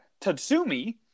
Tatsumi